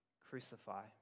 crucify